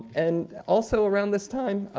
and also around this time,